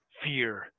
Fear